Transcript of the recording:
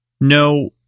No